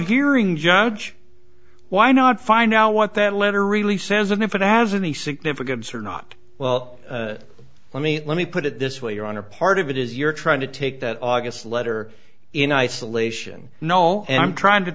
hearing judge why not find out what that letter really says and if it has any significance or not well let me let me put it this way your honor part of it is you're trying to take that august letter in isolation no and i'm trying to